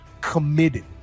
committed